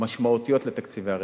משמעותיות לתקציבי הרווחה.